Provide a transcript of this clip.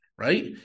right